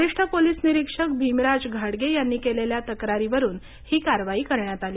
वरिष्ठ पोलीस निरीक्षक भिमराज घाडगे यांनी केलेल्या तक्रारीवरून ही कारवाई करण्यात आली